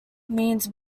means